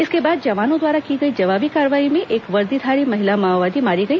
इसके बाद जवानों द्वारा की गई जवाबी कार्रवाई में एक वर्दीधारी महिला माओवादी मारी गई